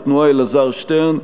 התנועה: אלעזר שטרן.